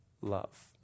love